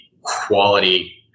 quality